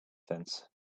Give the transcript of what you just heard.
fence